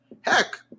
Heck